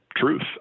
truth